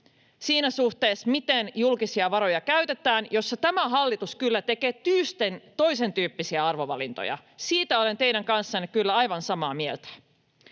siinä suhteessa, miten julkisia varoja käytetään, ja joissa tämä hallitus kyllä tekee tyystin toisentyyppisiä arvovalintoja. Siitä olen teidän kanssanne kyllä aivan samaa mieltä.